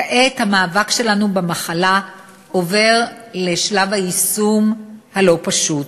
כעת המאבק שלנו במחלה עובר לשלב היישום הלא-פשוט,